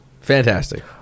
Fantastic